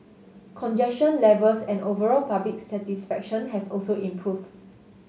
congestion levels and overall public satisfaction have also improved